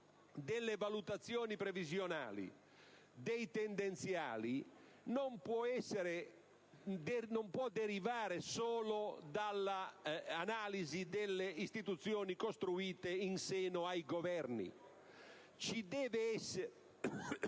delle valutazioni previsionali dei tendenziali non può derivare solo dalla analisi delle istituzioni costruite in seno ai Governi: